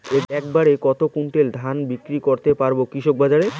এক বাড়ে কত কুইন্টাল ধান বিক্রি করতে পারবো কৃষক বাজারে?